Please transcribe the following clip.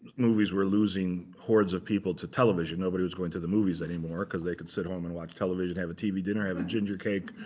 movies were losing hordes of people to television nobody was going to the movies anymore because they could sit home and watch television, have a tv dinner, have a ginger cake,